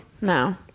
No